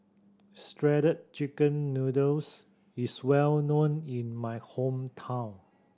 Shredded Chicken Noodles is well known in my hometown